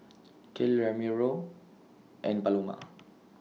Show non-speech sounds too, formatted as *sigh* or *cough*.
*noise* Kale Ramiro and Paloma